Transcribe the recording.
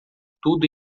tudo